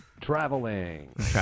traveling